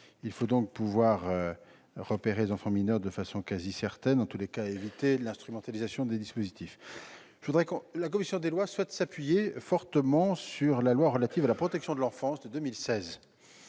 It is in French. Il faut donc pouvoir repérer les enfants mineurs de façon quasi certaine, tout en évitant l'instrumentalisation des dispositifs. La commission des lois souhaite s'appuyer fortement sur la loi de 2016 relative à la protection de l'enfance, qui